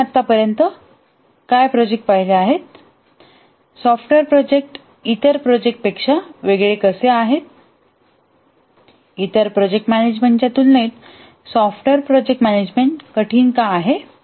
आम्ही आतापर्यंत काय प्रोजेक्ट पाहिले आहेत सॉफ्टवेअर प्रोजेक्ट इतर प्रोजेक्ट पेक्षा वेगळे कसे आहेत इतर प्रोजेक्ट मॅनेजमेंटच्या तुलनेत सॉफ्टवेअर प्रोजेक्ट मॅनेजमेंट कठीण का आहे